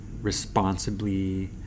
responsibly